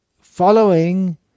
following